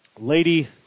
Lady